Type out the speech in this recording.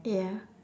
ya